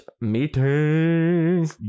meeting